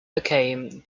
became